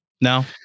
No